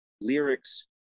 lyrics